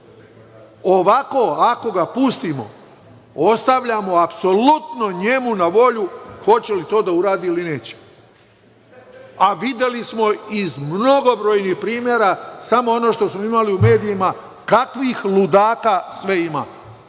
Ovako, ako ga pustimo, ostavljamo apsolutno njemu na volju hoće li to da uradi ili neće, a videli smo iz mnogobrojnih primera, samo ono što smo imali u medijima, kakvih ludaka sve ima,